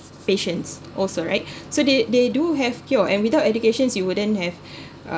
patients also right so they they do have cure and without educations you wouldn't have uh